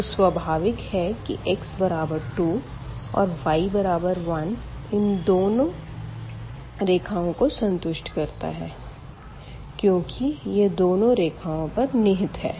तो स्वाभाविक है कि x बराबर 2 और y बराबर 1 बिंदु इन दोनों रेखाओं को संतुष्ट करता है क्योंकि यह दोनों रेखाओं पर निहित है